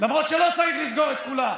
למרות שלא צריך לסגור את כולה,